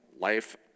Life